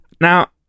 Now